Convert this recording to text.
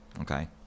Okay